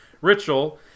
ritual